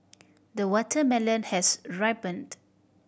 the watermelon has ripened